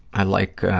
i like